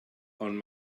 ond